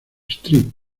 street